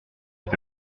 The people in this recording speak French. est